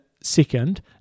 second